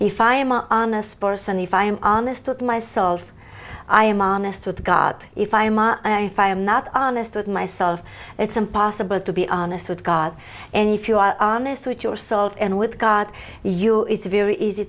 if i am a honest person if i am honest with myself i am honest with god if i am i if i am not honest with myself it's impossible to be honest with god and if you are honest with yourself and with god you know it's very easy